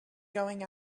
going